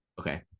Okay